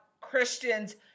Christians